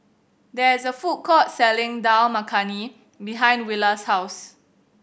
there is a food court selling Dal Makhani behind Willa's house